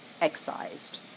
excised